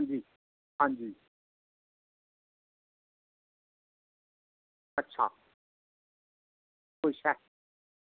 जी हां जी अच्छा अच्छा